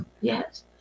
yes